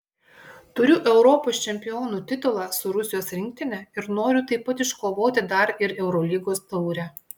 turiu europos čempionų titulą su rusijos rinktine ir noriu taip pat iškovoti dar ir eurolygos taurę